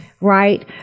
right